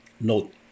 Note